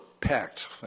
packed